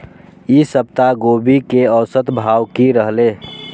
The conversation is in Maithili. ई सप्ताह गोभी के औसत भाव की रहले?